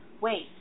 wait